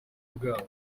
bwabo